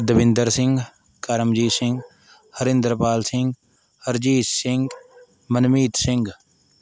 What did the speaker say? Davinder Singh Karamjit Singh Harinderpal Singh Harjit Singh Manmeet Singh